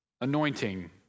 anointing